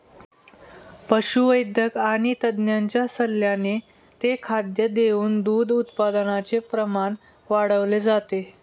पशुवैद्यक आणि तज्ञांच्या सल्ल्याने ते खाद्य देऊन दूध उत्पादनाचे प्रमाण वाढवले जाते